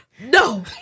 no